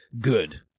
good